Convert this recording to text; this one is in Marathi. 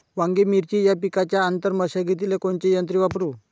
वांगे, मिरची या पिकाच्या आंतर मशागतीले कोनचे यंत्र वापरू?